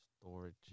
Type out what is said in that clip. Storage